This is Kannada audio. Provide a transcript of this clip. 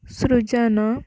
ಸೃಜನಾ